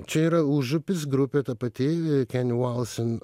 čia yra užupis grupė ta pati kenny wollesen